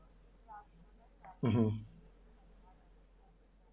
mmhmm